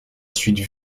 suite